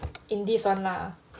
in this one lah